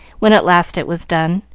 when at last it was done.